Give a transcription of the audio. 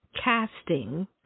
casting